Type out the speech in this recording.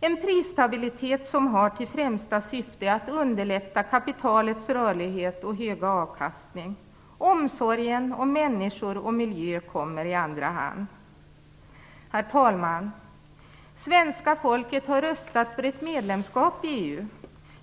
Det är en prisstabilitet som har till främsta syfte att underlätta kapitalets rörlighet och höga avkastning. Omsorgen om människor och miljö kommer i andra hand. Herr talman! Svenska folket har röstat för ett medlemskap i EU.